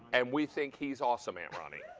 and we think he's awesome, aunt ronnie.